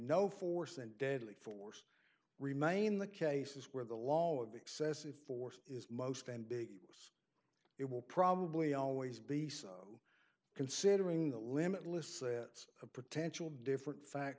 no force and deadly force remain the cases where the law of excessive force is most and big it will probably always be considering the limitless that a potential different fact